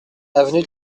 avenue